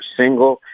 single